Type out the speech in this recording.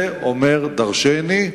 זה אומר דורשני,